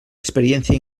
experiencia